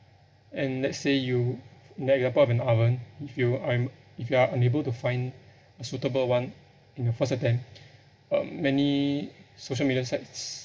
and let's say you in the example of an oven if you are un~ if you are unable to find a suitable one in the first attempt um many social media sites